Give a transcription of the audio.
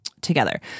together